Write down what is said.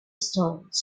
stones